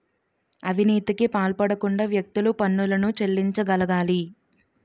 అవినీతికి పాల్పడకుండా వ్యక్తులు పన్నులను చెల్లించగలగాలి